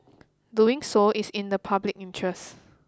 doing so is in the public interest